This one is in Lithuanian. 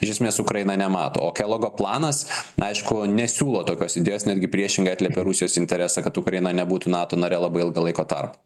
iš esmės ukraina nemato o kelogo planas aišku nesiūlo tokios idėjos netgi priešingai apie rusijos interesą kad ukraina nebūtų nato nare labai ilgą laiko tarpą